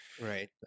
right